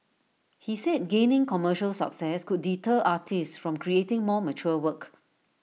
he said gaining commercial success could deter artists from creating more mature work